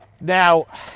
Now